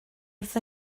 wrth